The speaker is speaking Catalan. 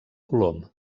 colom